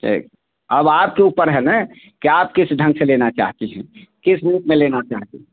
ठीक अब आपके ऊपर है न कि आप किस ढंग से लेना चाहती हैं किस रूप में लेना चाहती हैं